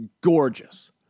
gorgeous